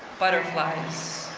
butterflies,